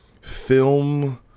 film